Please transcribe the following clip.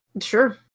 Sure